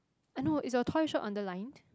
I know is your toy shop underlined